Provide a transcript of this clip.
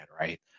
right